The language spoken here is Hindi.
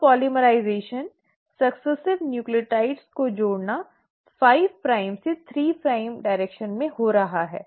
तो पॉलिमराइजेशन क्रमिक न्यूक्लियोटाइड्स को जोड़ना 5 प्राइम से 3 प्राइम दिशा में हो रहा है